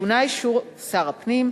טעונה אישור שר הפנים,